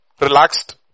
Relaxed